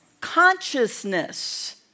consciousness